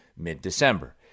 mid-December